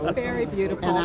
ah very beautiful.